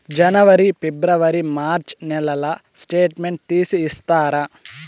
జనవరి, ఫిబ్రవరి, మార్చ్ నెలల స్టేట్మెంట్ తీసి ఇస్తారా?